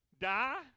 die